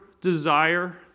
desire